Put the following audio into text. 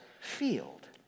field